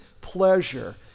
pleasure